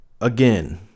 again